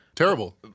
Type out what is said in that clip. Terrible